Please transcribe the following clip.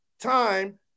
time